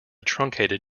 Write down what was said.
truncated